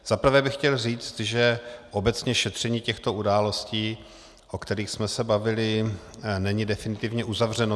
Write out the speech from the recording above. Za prvé bych chtěl říct, že obecně šetření těchto událostí, o kterých jsme se bavili, není definitivně uzavřeno.